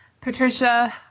Patricia